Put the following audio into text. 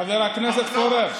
חבר הכנסת פורר,